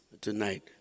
tonight